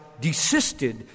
desisted